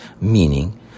meaning